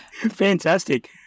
Fantastic